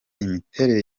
imiterere